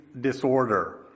disorder